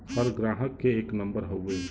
हर ग्राहक के एक नम्बर हउवे